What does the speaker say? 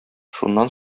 шуннан